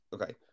Okay